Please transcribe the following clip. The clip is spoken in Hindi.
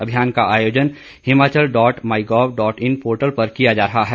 अभियान का आयोजन Himachal dot MyGov dot in portal पर किया जा रहा है